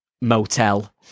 motel